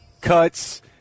cuts